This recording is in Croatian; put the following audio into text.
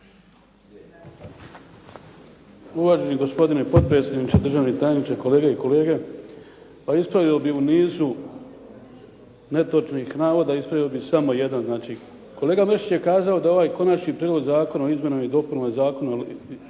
Uvaženi gospodine potpredsjedniče, državni tajniče, kolege i kolege. Pa ispravio bih u nizu netočnih navoda, ispravio bih samo jedan. Znači, kolega Mršić je kazao da ovaj Konačni prijedlog zakona o izmjenama i dopunama Zakona